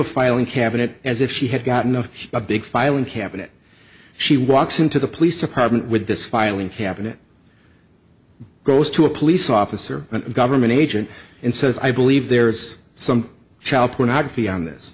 of filing cabinet as if she had gotten up a big filing cabinet she walks into the police department with this filing cabinet goes to a police officer and a government agent and says i believe there's some child pornography on this